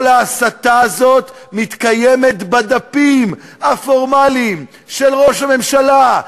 כל ההסתה הזאת מתקיימת בדפים הפורמליים של ראש הממשלה,